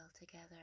together